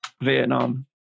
Vietnam